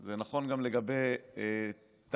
זה נכון גם לגבי תליין,